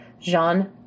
Jean